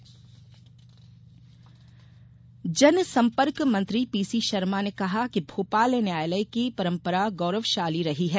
PC Sharma जनसम्पर्क मंत्री PC Sharma ने कहा कि भोपाल न्यायालय की परम्परा गौरवशाली रही है